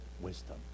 wisdom